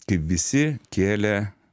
kaip visi kėlė